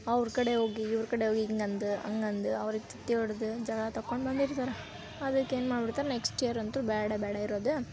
ಅವ್ರ ಕಡೆ ಹೋಗಿ ಇವ್ರ ಕಡೆ ಹೋಗಿ ಹಿಂಗ್ ಅಂದು ಹಂಗಂದು ಅವ್ರಿಗೆ ತತ್ತಿ ಒಡ್ದು ಜಗ ತಕ್ಕೊಂಡು ಬಂದಿರ್ತಾರ ಅದಕ್ಕೇನು ಮಾಡ್ಬಿಡ್ತಾರೆ ನೆಕ್ಸ್ಟ್ ಇಯರಂತೂ ಬೇಡೆ ಬೇಡ ಇರೋದು